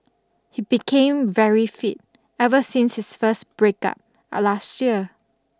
he became very fit ever since his first break up a last year